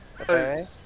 Okay